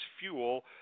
fuel